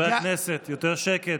חברי הכנסת, יותר שקט.